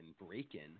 *Breakin'*